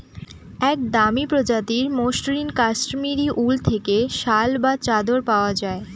এক দামি প্রজাতির মসৃন কাশ্মীরি উল থেকে শাল বা চাদর পাওয়া যায়